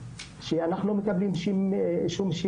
שאנחנו לא מקבלים שום שירות.